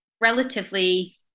relatively